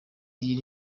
iri